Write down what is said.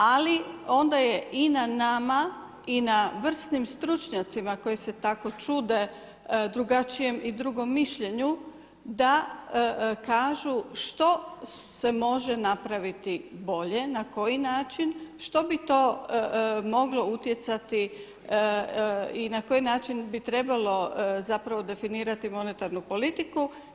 Ali onda je onda i na nama i na vrsnim stručnjacima koji se tako čude drugačijem i drugom mišljenju da kažu što se može napraviti bolje, na koji način, što bi to moglo utjecati i na koji način bi trebalo definirati monetarnu politiku.